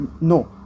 no